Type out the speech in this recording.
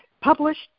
published